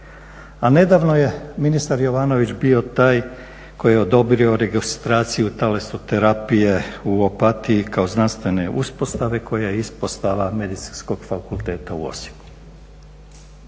nedavno je ministar Jovanović bio taj koji je odobrio registraciju talasoterapije u Opatije kao znanstvene uspostave koja je ispostava Medicinskog fakulteta u Osijeku.